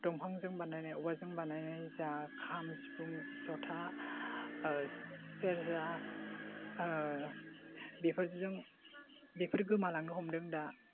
दंफांजों बानायनाय औवाजों बानायनाय जा काम सिफुं ज'था सेरजा बेफोरजों बेफोर गोमालांनो हमदों दा